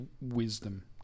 wisdom